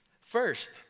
first